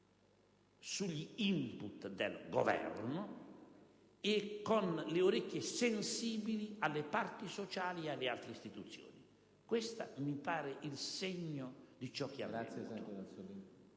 su *input* del Governo e con le orecchie sensibili alle parti sociali e alle altre istituzioni. Questo mi pare il segno di ciò che é avvenuto